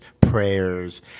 prayers